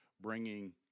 bringing